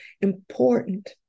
important